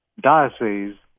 diocese